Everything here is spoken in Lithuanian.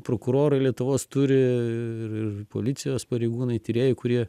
prokurorai lietuvos turi ir policijos pareigūnai tyrėjai kurie